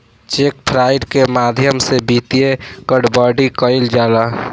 check fraud के माध्यम से वित्तीय गड़बड़ी कईल जाला